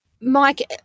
Mike